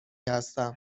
هستم